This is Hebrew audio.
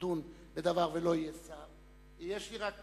נדון בדבר ולא יהיה שר, יש לי רק קושי,